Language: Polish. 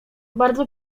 bardzo